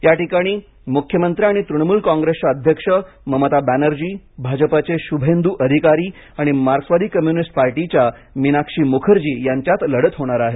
या ठिकाणी मुख्यमंत्री आणि तृणमूल काँग्रेसच्या अध्यक्ष ममता बॅनर्जी भाजपाचे शुभेंदु अधिकारी आणि मार्क्सवादी कम्युनिस्ट पार्टीच्या मीनाक्षी मुखर्जी यांच्यात लढत होणार आहे